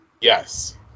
Yes